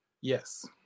Yes